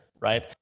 right